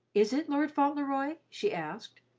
is it lord fauntleroy? she asked.